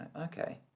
okay